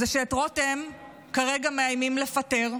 שאת רותם כרגע מאיימים לפטר,